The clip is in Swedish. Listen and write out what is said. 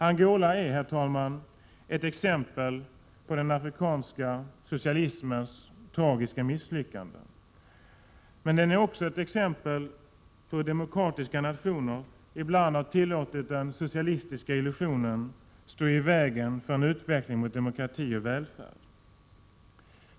Angola är, herr talman, ett exempel på den afrikanska socialismens tragiska misslyckande. Men det är också ett exempel på hur demokratiska nationer ibland har tillåtit den socialistiska illusionen att stå i vägen för en utveckling mot demokrati och välfärd.